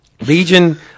Legion